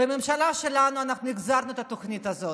בממשלה שלנו אנחנו החזרנו את התוכנית הזאת.